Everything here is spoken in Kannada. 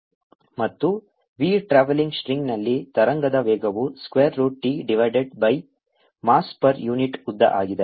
01sin 50t xv ಮತ್ತು v ಟ್ರಾವೆಲಿಂಗ್ ಸ್ಟ್ರಿಂಗ್ನಲ್ಲಿ ತರಂಗದ ವೇಗವು square root T divided by mass per unit ಉದ್ದ ಆಗಿದೆ